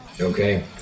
Okay